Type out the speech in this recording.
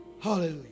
Hallelujah